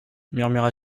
murmura